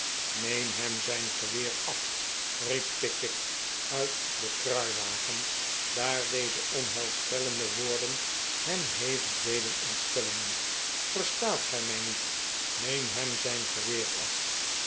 neem hem zijn geweer af riep pickwick uit den kruiwagen daar deze onheilspellende woorden hem hevig deden ontstellen verstaat gij mij niet neem hem zijn geweer af